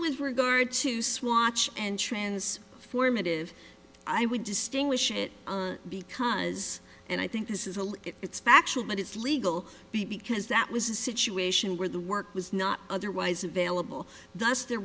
with regard to swatch and trans formative i would distinguish it because and i think this is a it's factual but it's legal b because that was a situation where the work was not otherwise available thus there